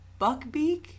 Buckbeak